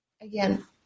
again